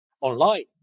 online